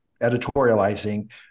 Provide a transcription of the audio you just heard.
editorializing